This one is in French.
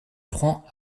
francs